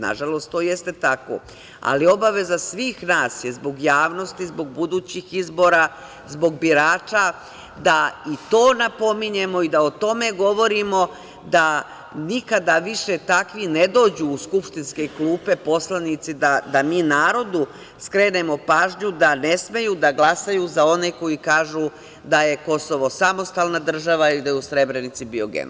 Nažalost, to jeste tako, ali obaveza svih nas je, zbog javnosti, zbog budućih izbora, zbog birača, da i to napominjemo i da o tome govorimo, da nikada više takvi ne dođu u skupštinske klupe, poslanici, da mi narodu skrenemo pažnju da ne smeju da glasaju za one koji kažu da je Kosovo samostalna država i da je u Srebrenici bio genocid.